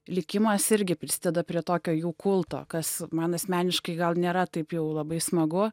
likimas irgi prisideda prie tokio jų kulto kas man asmeniškai gal nėra taip jau labai smagu